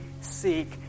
seek